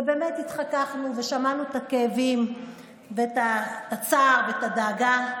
התחככנו, שמענו את הכאבים ואת הצער ואת הדאגה,